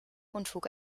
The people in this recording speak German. unfug